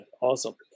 awesome